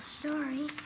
story